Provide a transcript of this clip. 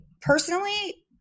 personally